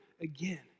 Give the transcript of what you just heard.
again